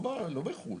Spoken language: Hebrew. לא בחו"ל.